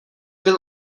byl